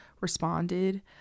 responded